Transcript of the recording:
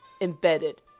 embedded